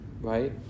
right